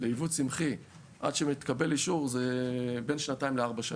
ליבוא צמחי עד שמתקבל אישור הוא בין שנתיים לארבע שנים.